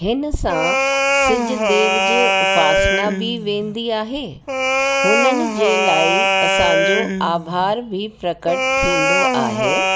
हिन सां सिजु देव जे उपासना बि वेंदी आहे हुननि जे लाइ असांजो आभार बि प्रकट थींदो आहे